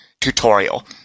tutorial